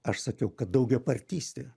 aš sakiau kad daugipartystė